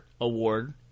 award